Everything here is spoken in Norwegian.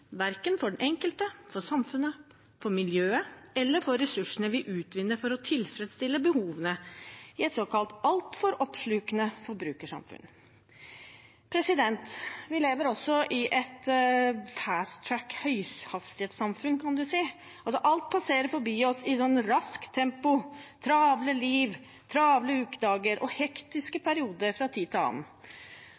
verken for den enkelte, for samfunnet, for miljøet eller for ressursene vi utvinner for å tilfredsstille behovene i et såkalt altfor oppslukende forbrukersamfunn. Vi lever også i et «fast track» høyhastighetssamfunn. Alt passerer forbi oss i raskt tempo – travle liv, travle ukedager og hektiske